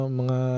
mga